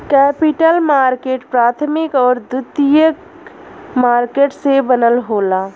capital market प्राथमिक आउर द्वितीयक मार्केट से बनल होला